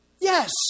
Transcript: Yes